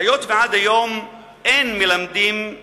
היות שעד היום אין מלמדים את